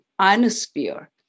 ionosphere